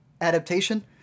adaptation